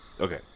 Okay